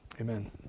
Amen